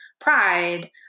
pride